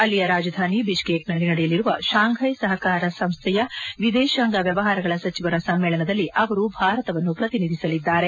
ಅಲ್ಲಿಯ ರಾಜಧಾನಿ ಬಿಷ್ಕೇಕ್ನಲ್ಲಿ ನಡೆಯಲಿರುವ ಶಾಂಘೈ ಸಹಕಾರ ಸಂಸ್ದೆಯ ವಿದೇಶಾಂಗ ವ್ಯವಹಾರಗಳ ಸಚಿವರ ಸಮ್ಮೇಳನದಲ್ಲಿ ಅವರು ಭಾರತವನ್ನು ಪ್ರತಿನಿದಿಸಲಿದ್ದಾರೆ